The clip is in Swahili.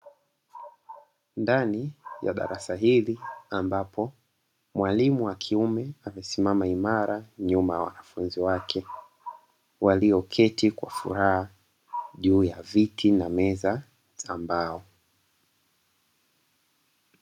Ndani ya darasa hili ambapo mwalimu wa kiume amesimama imara nyuma ya wanafunzi wake, walioketi kwa furaha juu ya meza na viti vya mbao.